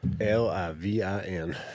L-I-V-I-N